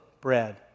bread